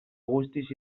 guztiz